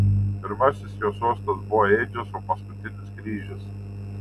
pirmasis jo sostas buvo ėdžios o paskutinis kryžius